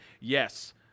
Yes